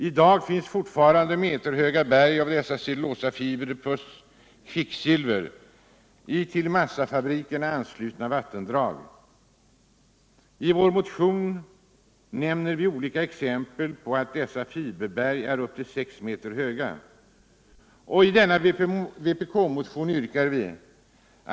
I dag finns fortfarande meterhöga berg av dessa cellulosafibrer plus kvicksilver i till massafabrikerna anslutna vattendrag. I vår motion nämner vi olika exempel där dessa fiberberg är upp till sex meter höga. ”1.